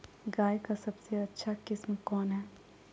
गाय का सबसे अच्छा किस्म कौन हैं?